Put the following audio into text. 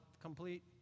complete